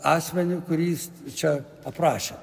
asmeniui kuris čia aprašė